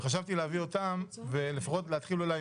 וחשבתי להביא אותם ולהתחיל לפחות עם